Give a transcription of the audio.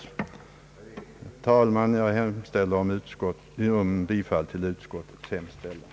Herr talman! Jag hemställer om bifall till utskottets förslag.